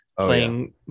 playing